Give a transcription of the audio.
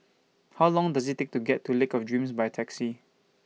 How Long Does IT Take to get to Lake of Dreams By Taxi